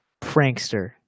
Prankster